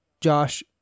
Josh